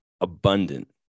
abundant